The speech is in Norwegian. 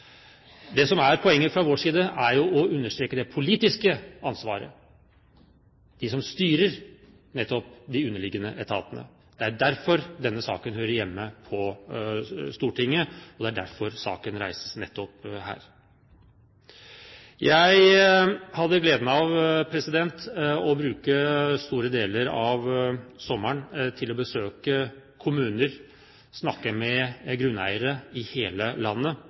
Det som er poenget fra vår side, er å understreke det politiske ansvaret, de som styrer nettopp de underliggende etatene. Det er derfor denne saken hører hjemme på Stortinget, og det er derfor saken reises nettopp her. Jeg hadde gleden av å bruke store deler av sommeren til å besøke kommuner, snakke med grunneiere i hele landet